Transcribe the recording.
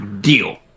Deal